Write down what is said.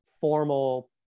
formal